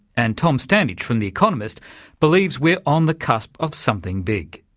and tom standage from the economist believes we're on the cusp of something big.